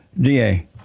DA